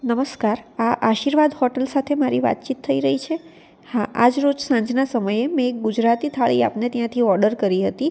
નમસ્કાર આ આશીર્વાદ હોટેલ સાથે મારી વાતચીત થઈ રહી છે હા આજરોજ સાંજના સમયે મેં એક ગુજરાતી થાળી આપને ત્યાંથી ઓર્ડર કરી હતી